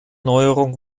neuerung